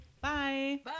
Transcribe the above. Bye